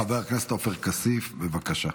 חבר הכנסת עופר כסיף, בבקשה.